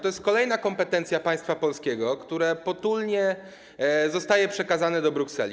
To jest kolejna kompetencja państwa polskiego, która potulnie zostaje przekazana do Brukseli.